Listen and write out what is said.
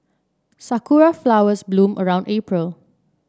sakura flowers bloom around April